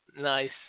Nice